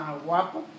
guapo